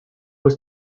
was